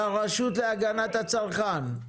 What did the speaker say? לרשות להגנת הצרכן.